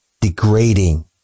degrading